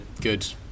good